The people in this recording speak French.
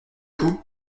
coup